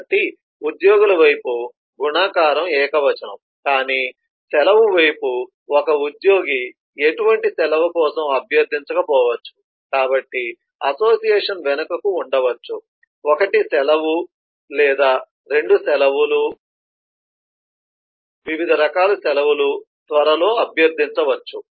కాబట్టి ఉద్యోగుల వైపు గుణకారం ఏకవచనం కానీ సెలవు వైపు ఒక ఉద్యోగి ఎటువంటి సెలవు కోసం అభ్యర్థించలేకపోవచ్చు కాబట్టి అసోసియేషన్ వెనుకకు ఉండవచ్చు 1 సెలవు లేదా 2 సెలవులు వివిధ రకాల సెలవులు త్వరలో అభ్యర్థించవచ్చు